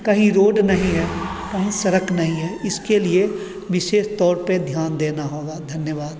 कहीं रोड नहीं है कहीं सड़क नहीं है इसके लिए विशेष तौर पर ध्यान देना होगा धन्यवाद